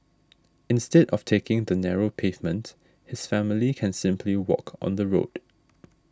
instead of taking the narrow pavement his family can simply walk on the road